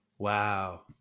Wow